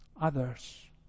others